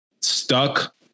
stuck